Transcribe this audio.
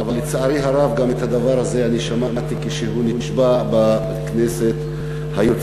אבל לצערי הרב את הדבר הזה אני שמעתי גם כשהוא נשבע בכנסת היוצאת,